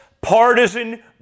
partisan